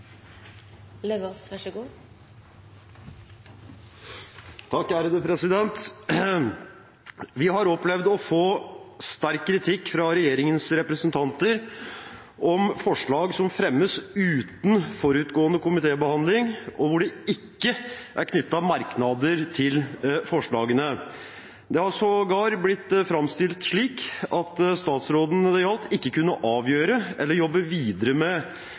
Vi har opplevd å få sterk kritikk fra regjeringens representanter om forslag som fremmes uten forutgående komitébehandling, og hvor det ikke er knyttet merknader til forslagene. Det har sågar blitt framstilt slik at statsråden det gjaldt, ikke kunne avgjøre eller jobbe videre med